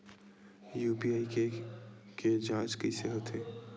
UPI के के जांच कइसे होथे?